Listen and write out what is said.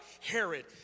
Herod